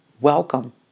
Welcome